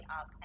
up